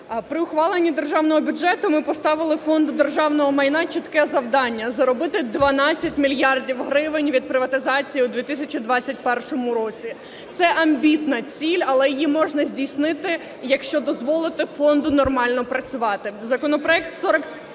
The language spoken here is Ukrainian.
При ухваленні Державного бюджету ми поставили Фонду державного майна чітке завдання заробити 12 мільярдів гривень від приватизації у 2021 році. Це амбітна ціль, але її можна здійснити, якщо дозволити фонду нормально працювати.